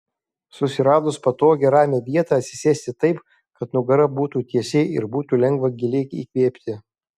susiradus patogią ramią vietą atsisėsti taip kad nugara būtų tiesi ir būtų lengva giliai įkvėpti